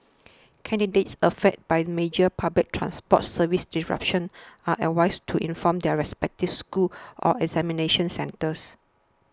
candidates affected by major public transport service disruption are advised to inform their respective schools or examination centres